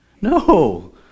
No